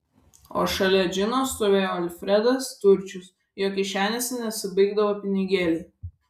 o šalia džino stovėjo alfredas turčius jo kišenėse nesibaigdavo pinigėliai